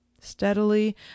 Steadily